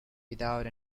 without